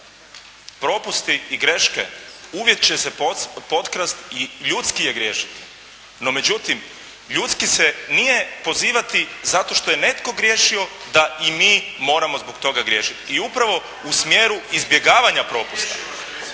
Propusti i greške uvijek će se potkrast i ljudski je griješiti. No međutim, ljudski se nije pozivati zato što je netko griješio, da i mi zbog toga moramo griješiti. I upravo u smjeru izbjegavanja propusta